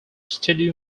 studio